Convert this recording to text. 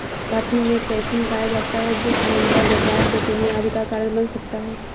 coffee में caffeine पाया जाता है जो अनिद्रा, घबराहट, बेचैनी आदि का कारण बन सकता है